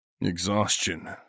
Exhaustion